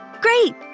Great